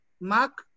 Mark